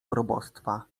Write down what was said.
probostwa